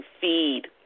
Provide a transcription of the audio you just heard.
feed